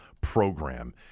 program